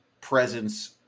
presence